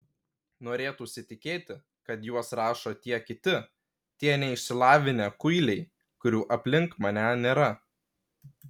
norėtųsi tikėti kad juos rašo tie kiti tie neišsilavinę kuiliai kurių aplink mane nėra